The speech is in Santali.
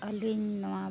ᱟᱹᱞᱤᱧ ᱱᱚᱣᱟ